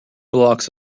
blocks